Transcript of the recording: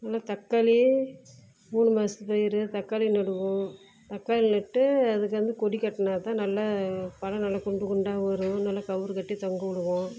நல்லா தக்காளி மூணு மாதத்து பயிர் தக்காளி நடுவோம் தக்காளி நட்டு அதுக்கு வந்து கொடி கட்டினா தான் நல்லா பழம் நல்லா குண்டு குண்டாக வரும் நல்லா கயிறு கட்டி தொங்க விடுவோம்